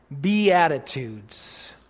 Beatitudes